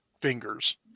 fingers